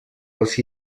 les